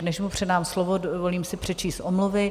Než mu předám slovo, dovolím si přečíst omluvy.